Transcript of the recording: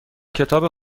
کتاب